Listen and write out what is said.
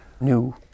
new